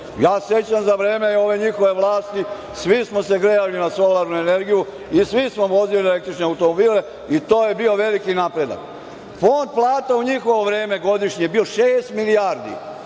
se sećam za vreme ove njihove vlasti svi smo se grejali na solarnu energiju i svi smo vozili električne automobile i to je bio veliki napredak. Fond plata u njihovo vreme godišnje je bio šest milijardi.